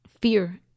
fear